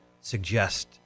suggest